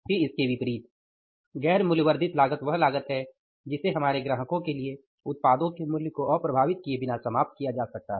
फिर इसके विपरीत गैर मूल्य वर्धित लागत वह लागत है जिसे हमारे ग्राहकों के लिए उत्पादों के मूल्य को अप्रभावित किए बिना समाप्त किया जा सकता है